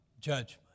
judgment